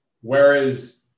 Whereas